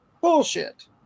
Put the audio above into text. Bullshit